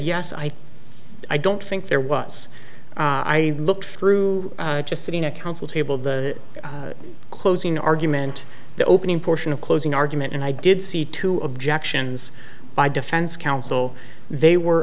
think i don't think there was i looked through just sitting a counsel table the closing argument the opening portion of closing argument and i did see two objections by defense counsel they were